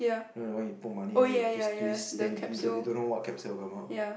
you know the one you put money then you twist twist then you you don't know what capsule come out